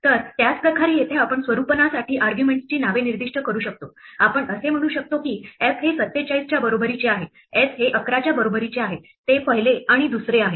तर त्याच प्रकारे येथे आपण स्वरूपनासाठी आर्ग्युमेंटसची नावे निर्दिष्ट करू शकतो आपण असे म्हणू शकतो की f हे 47 च्या बरोबरीचे आहे s हे 11 च्या समान आहे ते पहिले आणि दुसरे आहे